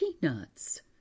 peanuts